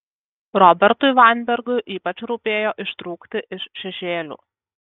robertui vainbergui ypač rūpėjo ištrūkti iš šešėlių